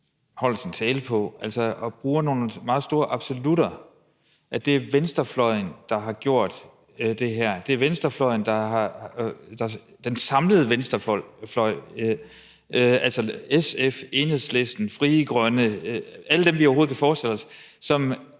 holder sin tale på, altså at hun bruger nogle meget store absolutter: at det er venstrefløjen, der har gjort det her; at det er den samlede venstrefløj, altså SF, Enhedslisten, Frie Grønne, alle dem, man overhovedet kan forestille sig, som